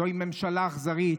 זוהי ממשלה אכזרית,